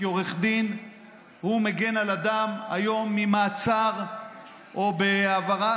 כי עורך דין מגן על אדם היום במעצר או בהעברה